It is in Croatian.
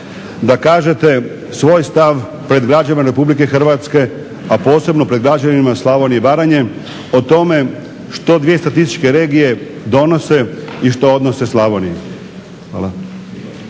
da kažete svoj stav pred građanima RH, a posebno pred građanima Slavonije i Baranje o tome što dvije statističke regije donose i što odnose Slavoniji. Hvala.